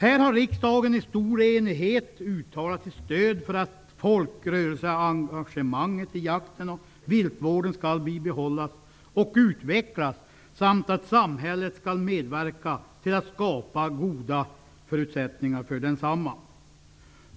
Här har riksdagen i stor enighet uttalat sitt stöd för att folkrörelseengagemanget i jakten och viltvården skall bibehållas och utvecklas samt för att samhället skall medverka till att skapa goda förutsättningar för detsamma.